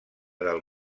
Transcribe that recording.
del